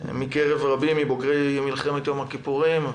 בקרב רבים מבוגרי מלחמת יום הכיפורים,